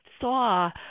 saw